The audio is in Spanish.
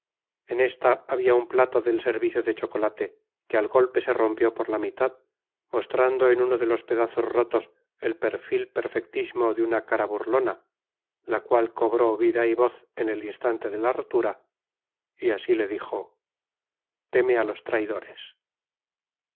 en esta había un plato del servicio de chocolate que al golpe se rompió por la mitad mostrando en uno de los pedazos rotos el perfil perfectísimo de una cara burlona la cual cobró vida y voz en el instante de la rotura y así le dijo teme a los traidores